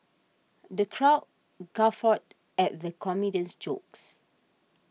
the crowd guffawed at the comedian's jokes